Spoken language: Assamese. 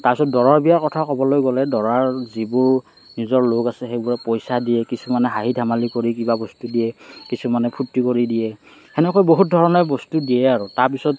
তাৰ পিছত দৰাৰ বিয়াৰ কথা ক'বলৈ গ'লে দৰাৰ যিবোৰ নিজৰ লোক আছে সেইবোৰে পইচা দিয়ে কিছুমানে হাঁহি ধেমালি কৰি কিবা বস্তু দিয়ে কিছুমানে ফূৰ্তি কৰি দিয়ে সেনেকৈ বহুত ধৰণে বস্তু দিয়ে আৰু তাৰ পিছত